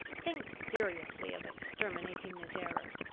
think seriously of exterminating this error!